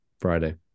Friday